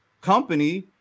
company